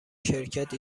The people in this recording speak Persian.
شرکت